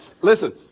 Listen